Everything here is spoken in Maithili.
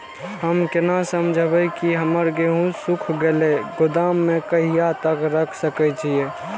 हम केना समझबे की हमर गेहूं सुख गले गोदाम में कहिया तक रख सके छिये?